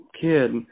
kid